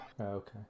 Okay